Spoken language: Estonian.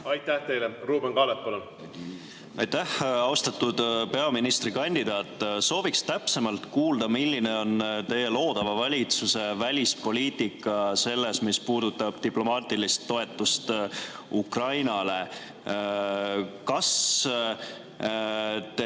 Aitäh teile! Ruuben Kaalep, palun! Aitäh! Austatud peaministrikandidaat! Sooviks täpsemalt kuulda, milline on teie loodava valitsuse välispoliitika, mis puudutab diplomaatilist toetust Ukrainale. Kas te